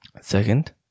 Second